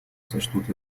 сочтут